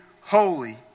holy